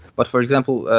but for example,